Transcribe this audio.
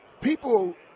people